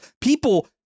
people